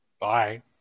bye